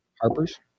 Harpers